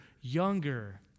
younger